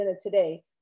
today